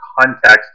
context